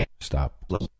Stop